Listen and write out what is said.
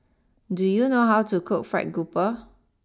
do you know how to cook Fried grouper